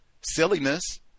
silliness